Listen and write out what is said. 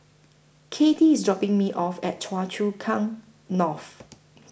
Kathey IS dropping Me off At Choa Chu Kang North